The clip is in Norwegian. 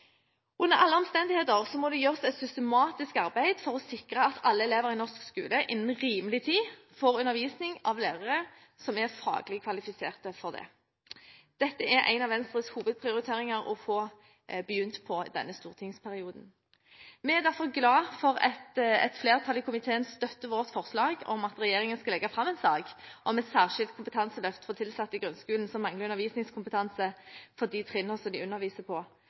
Under alle omstendigheter må det gjøres et systematisk arbeid for å sikre at alle elever i norsk skole innen rimelig tid får undervisning av lærere som er faglig kvalifisert for det. Dette er en av Venstres hovedprioriteringer å få begynt på i denne stortingsperioden. Vi er derfor glad for at et flertall i komiteen støtter vårt forslag om at regjeringen skal legge fram en sak om et særskilt kompetanseløft for tilsatte i grunnskolen som mangler undervisningskompetanse for trinnene de underviser på.